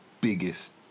biggest